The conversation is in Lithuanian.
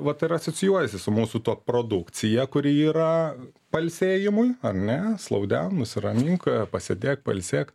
vat ir asocijuojasi su mūsų tuo produkcija kuri yra pailsėjimui ar ne slowdown nusiramink pasėdėk pailsėk